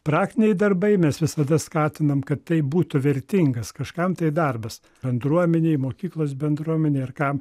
praktiniai darbai mes visada skatinam kad tai būtų vertingas kažkam tai darbas bendruomenei mokyklos bendruomenei ar kam